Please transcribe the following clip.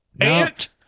aunt